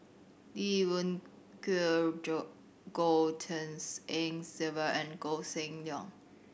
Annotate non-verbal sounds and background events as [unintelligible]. Lee Wung [unintelligible] Goh Tshin En Sylvia and Koh Seng Leong